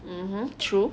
mmhmm true